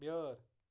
بیٲر